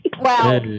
Wow